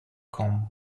com